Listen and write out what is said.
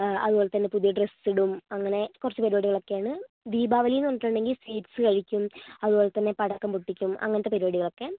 അതുപോലെതന്നെ പുതിയ ഡ്രെസ്സിടും അങ്ങനെ കുറച്ച് പരുപാടികളൊക്കെയാണ് ദീപാവലി എന്ന് പറഞ്ഞിട്ടുണ്ടെങ്കിൽ സ്വീറ്റ്സ് കഴിക്കും അതുപോലെതന്നെ പടക്കം പൊട്ടിക്കും അങ്ങനത്തെ പരുപാടികളൊക്കെ